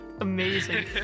amazing